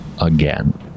again